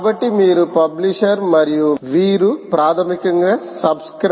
కాబట్టి వీరు పబ్లిషర్ మరియు వీరు ప్రాథమికంగా సబ్స్క్రయిబర్